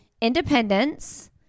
independence